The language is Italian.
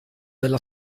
della